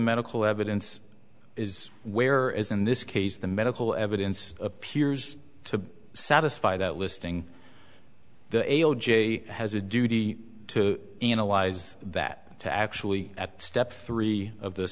medical evidence is where as in this case the medical evidence appears to satisfy that listing the ael j has a duty to analyze that to actually at step three of th